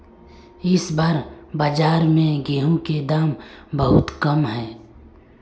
इस बार बाजार में गेंहू के दाम बहुत कम है?